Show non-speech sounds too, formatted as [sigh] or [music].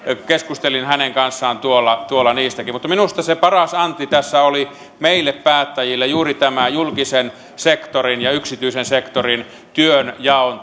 keskustelin hänen kanssaan niistäkin mutta minusta se paras anti tässä oli meille päättäjille juuri tämä julkisen sektorin ja yksityisen sektorin työnjaon [unintelligible]